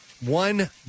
one